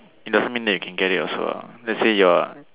it doesn't mean you can get it also lah let's say your